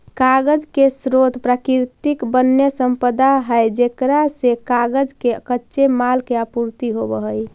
कागज के स्रोत प्राकृतिक वन्यसम्पदा है जेकरा से कागज के कच्चे माल के आपूर्ति होवऽ हई